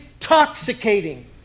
intoxicating